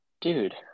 Dude